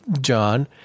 John